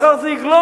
מחר זה יגלוש,